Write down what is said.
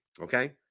Okay